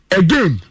again